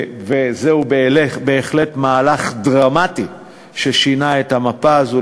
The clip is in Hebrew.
וזהו בהחלט מהלך דרמטי ששינה את המפה הזאת,